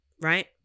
right